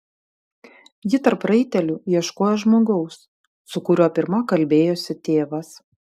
ji tarp raitelių ieškojo žmogaus su kuriuo pirma kalbėjosi tėvas